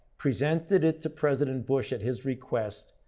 presented it to president bush at his request,